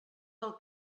del